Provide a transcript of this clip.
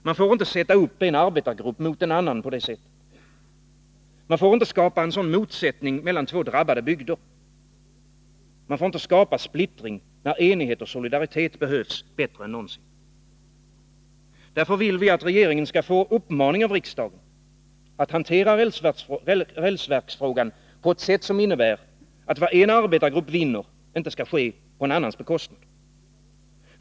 Man får inte sätta upp en arbetargrupp mot en annan på det sättet. Man får inte skapa en sådan motsättning mellan två drabbade bygder. Man får inte skapa splittring, när enighet och solidaritet behövs bättre än någonsin. Därför vill vi att regeringen skall få en uppmaning av riksdagen att hantera rälsverksfrågan på ett sätt som innebär att vad en arbetargrupp vinner inte skall ske på en annans bekostnad.